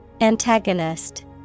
Antagonist